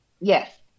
Yes